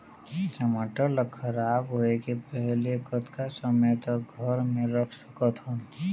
टमाटर ला खराब होय के पहले कतका समय तक घर मे रख सकत हन?